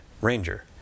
Ranger